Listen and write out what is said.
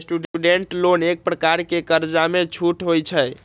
student loan एक प्रकार के कर्जामें छूट होइ छइ